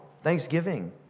thanksgiving